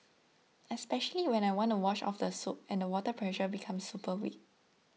especially when I want to wash off the soap and the water pressure becomes super weak